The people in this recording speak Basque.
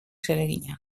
zeregina